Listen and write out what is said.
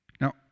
Now